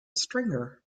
stringer